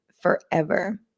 forever